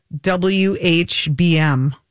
WHBM